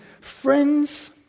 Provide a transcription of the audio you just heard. Friends